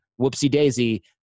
whoopsie-daisy